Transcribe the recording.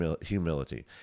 humility